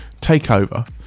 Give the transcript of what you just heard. takeover